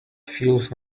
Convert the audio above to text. feels